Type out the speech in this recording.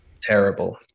Terrible